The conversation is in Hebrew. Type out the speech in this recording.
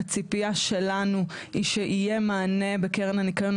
הציפייה שלנו היא שיהיה מענה בקרן הניקיון.